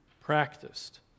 practiced